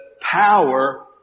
power